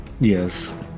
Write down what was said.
Yes